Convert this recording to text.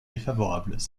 défavorables